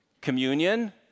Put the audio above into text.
communion